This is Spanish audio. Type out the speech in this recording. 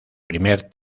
primer